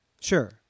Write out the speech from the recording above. Sure